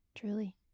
Truly